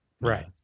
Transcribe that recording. right